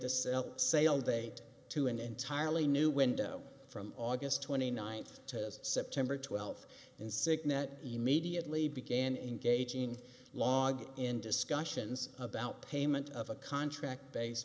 celt sale date to an entirely new window from august twenty ninth to september twelfth in cygnet immediately began engaging log in discussions about payment of a contract base